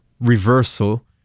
reversal